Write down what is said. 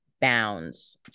bounds